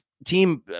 Team